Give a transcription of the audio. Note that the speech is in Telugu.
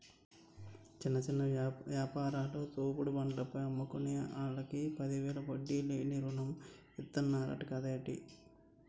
చిన్న చిన్న యాపారాలు, తోపుడు బండ్ల పైన అమ్ముకునే ఆల్లకి పదివేలు వడ్డీ లేని రుణం ఇతన్నరంట కదేటి